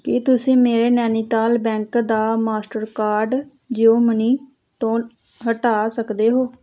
ਕੀ ਤੁਸੀਂਂ ਮੇਰੇ ਨੈਨੀਤਾਲ ਬੈਂਕ ਦਾ ਮਾਸਟਰਕਾਰਡ ਜੀਓ ਮਨੀ ਤੋਂ ਹਟਾ ਸਕਦੇ ਹੋ